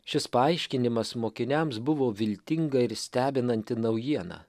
šis paaiškinimas mokiniams buvo viltinga ir stebinanti naujiena